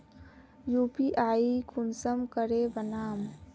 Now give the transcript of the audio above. UPI कुंसम करे बनाम?